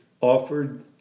offered